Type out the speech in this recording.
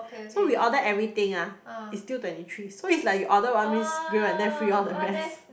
so we ordered everything ah it's still twenty three so it's like you order one mixed grill and then free all the rest